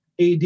AD